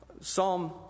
Psalm